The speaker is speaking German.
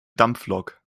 dampflok